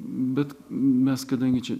bet mes kadangi čia